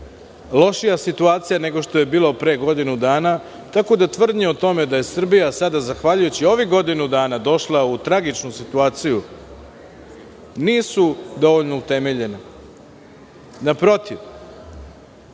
lošija situacija nego što je bilo pre godinu dana. Tako da tvrdnje o tome da je Srbija sada zahvaljujući ovih godinu dana došla u tragičnu situaciju, nisu dovoljno utemeljena. Naprotiv,